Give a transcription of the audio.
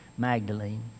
Magdalene